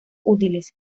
útiles